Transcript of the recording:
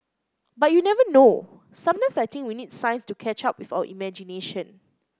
but you never know sometimes I think we need science to catch up with our imagination